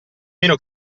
meno